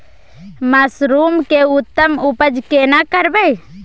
Mushroom के उत्तम उपज केना करबै?